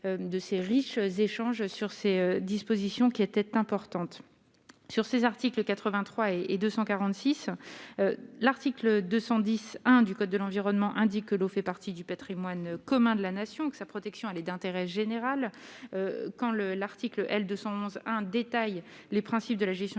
de ces riches échanges sur ces dispositions qui était importante sur ces articles 83 et 246 l'article 210 1 du Code de l'environnement, indique que l'eau fait partie du Patrimoine commun de la nation que sa protection, elle est d'intérêt général, quand le l'article L 211 un détail les principes de la gestion